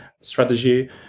strategy